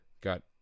got